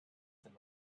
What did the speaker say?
them